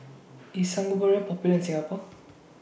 IS Sangobion Popular in Singapore